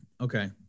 Okay